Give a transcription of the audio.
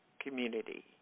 community